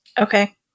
Okay